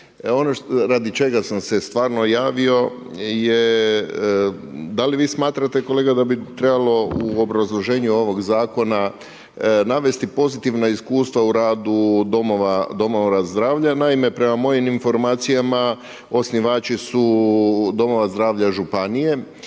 Ono radi čega sam se stvarno javio je da li vi smatrate kolega da bi trebalo u obrazloženju ovoga zakona navesti pozitivna iskustva u radu domova zdravlja? Naime, prema mojim informacijama osnivači su domova zdravlja županije.